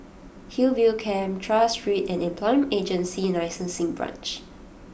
Hillview Camp Tras Street and Employment Agency Licensing Branch